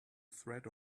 threat